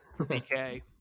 okay